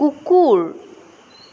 কুকুৰ